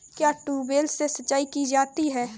क्या ट्यूबवेल से सिंचाई की जाती है?